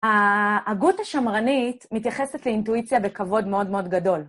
ההגות השמרנית מתייחסת לאינטואיציה בכבוד מאוד מאוד גדול.